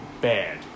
bad